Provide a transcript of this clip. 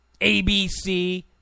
ABC